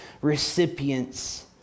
recipients